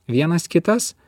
vienas kitas